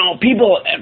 people